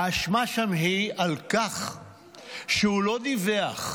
האשמה שם היא על כך שהוא לא דיווח,